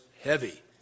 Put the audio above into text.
heavy